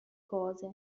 cose